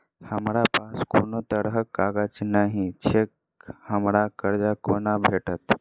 हमरा पास कोनो तरहक कागज नहि छैक हमरा कर्जा कोना भेटत?